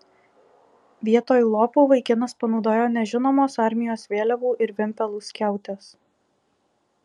vietoj lopų vaikinas panaudojo nežinomos armijos vėliavų ir vimpelų skiautes